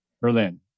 Berlin